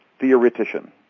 theoretician